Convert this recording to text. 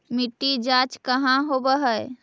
मिट्टी जाँच कहाँ होव है?